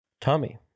Tommy